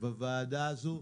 בוועדה הזו.